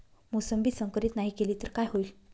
मोसंबी संकरित नाही केली तर काय होईल?